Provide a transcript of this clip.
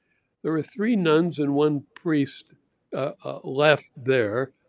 there were three nuns and one priest left there,